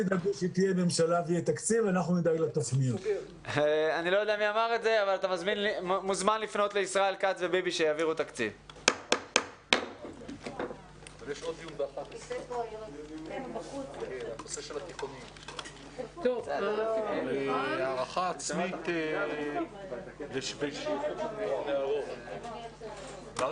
הישיבה ננעלה בשעה 10:45.